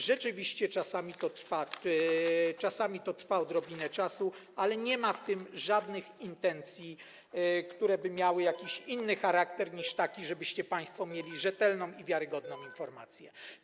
Rzeczywiście czasami to trwa odrobinę czasu, ale nie ma w tym żadnych intencji, które by miały jakiś inny charakter niż taki, żebyście państwo mieli rzetelną i wiarygodną informację.